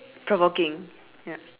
provoking ya